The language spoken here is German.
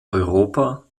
europa